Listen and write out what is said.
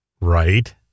Right